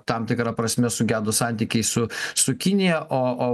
tam tikra prasme sugedo santykiai su su kinija o o